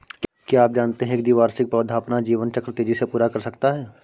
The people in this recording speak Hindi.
क्या आप जानते है एक द्विवार्षिक पौधा अपना जीवन चक्र तेजी से पूरा कर सकता है?